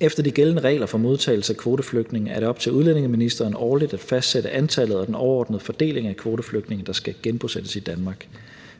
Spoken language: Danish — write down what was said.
Efter de gældende regler for modtagelse af kvoteflygtninge er det op til udlændingeministeren årligt at fastsætte antallet og den overordnede fordeling af kvoteflygtninge, der skal genbosættes i Danmark.